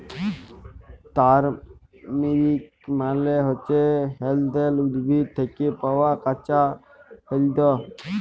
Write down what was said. turmeric মালে হচ্যে হল্যদের উদ্ভিদ থ্যাকে পাওয়া কাঁচা হল্যদ